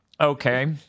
Okay